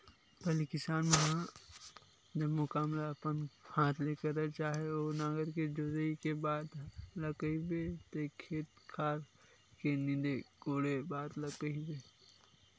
पहिली किसान मन ह जम्मो काम ल अपन हात ले करय चाहे ओ नांगर के जोतई के बात ल कहिबे ते खेत खार ल नींदे कोड़े बात ल कहिबे